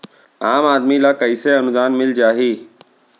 आम आदमी ल कइसे अनुदान मिल जाही?